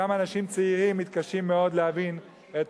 גם אנשים צעירים מתקשים מאוד להבין את